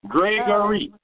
Gregory